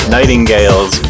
Nightingales